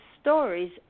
stories